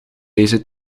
deze